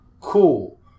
cool